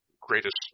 greatest